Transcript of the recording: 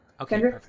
Okay